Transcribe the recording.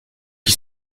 qui